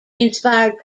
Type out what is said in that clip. inspired